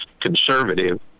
conservative